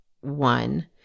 one